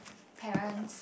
parents